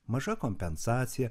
maža kompensacija